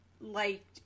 liked